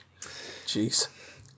Jeez